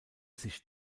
sich